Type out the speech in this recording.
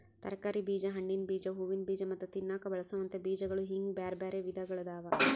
ತರಕಾರಿ ಬೇಜ, ಹಣ್ಣಿನ ಬೇಜ, ಹೂವಿನ ಬೇಜ ಮತ್ತ ತಿನ್ನಾಕ ಬಳಸೋವಂತ ಬೇಜಗಳು ಹಿಂಗ್ ಬ್ಯಾರ್ಬ್ಯಾರೇ ವಿಧಗಳಾದವ